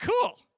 Cool